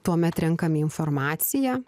tuomet renkame informaciją